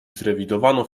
zrewidowano